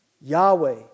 Yahweh